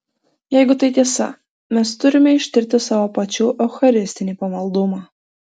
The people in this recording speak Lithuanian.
jeigu tai tiesa mes turime ištirti savo pačių eucharistinį pamaldumą